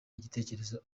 igitekerezo